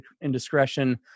indiscretion